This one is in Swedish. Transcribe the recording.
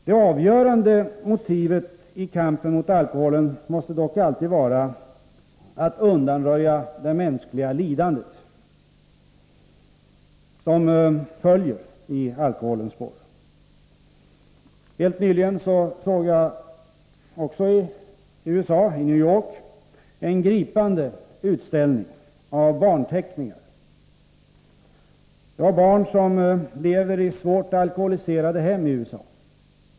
Det avgörande motivet i kampen mot alkoholen måste dock alltid vara att undanröja det mänskliga lidande som följer i alkoholens spår. Helt nyligen såg jag också i USA, i New York, en gripande utställning av barnteckningar. De var gjorda av barn som lever i svårt alkoholiserade hem i USA.